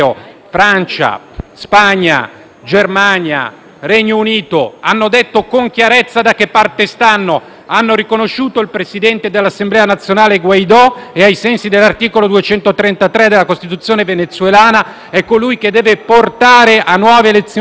Spagna, Germania e Regno Unito hanno detto con chiarezza da che parte stanno. Hanno riconosciuto il presidente dell'Assemblea nazionale Guaidó, che ai sensi dell'articolo 233 della Costituzione venezuelana è colui che deve portare a nuove elezioni presidenziali.